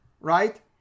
right